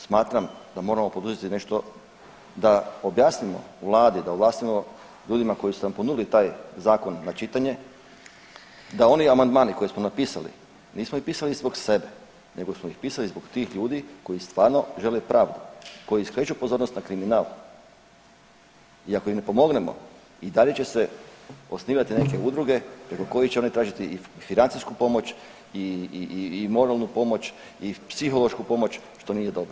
Smatram da moramo poduzeti nešto da objasnimo vladi, da objasnimo ljudima koji su nam ponudili taj zakon na čitanje da oni amandmani koje smo napisali nismo ih pisali zbog sebe nego smo ih pisali zbog tih ljudi koji stvarno žele pravdu, koji skreću pozornost na kriminal i ako im ne pomognemo i dalje će se osnivati neke udruge preko kojih će oni tražiti i financijsku pomoć i moralnu pomoć i psihološku pomoć što nije dobro.